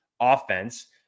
offense